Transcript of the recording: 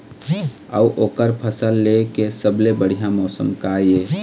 अऊ ओकर फसल लेय के सबसे बढ़िया मौसम का ये?